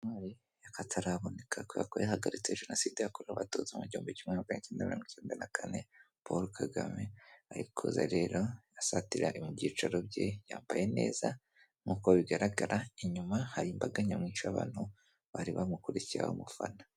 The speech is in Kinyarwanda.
Ni intwari y'akataraboneka kubera ko yahagaritse jenoside yakorewe abatutsi mu gihumbi na magana icyenda na kane Paul Kagame ayikoze rerora asatira mu byicaro bye yambaye neza nk'uko bigaragara inyuma hari imbaga nyamwinshi abantu bari bamukurikiye bamufana.